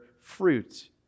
fruit